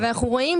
אבל אנחנו רואים,